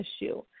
issue